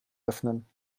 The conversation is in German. öffnen